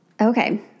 Okay